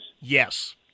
Yes